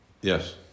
yes